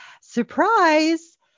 surprise